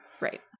Right